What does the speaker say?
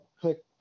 Click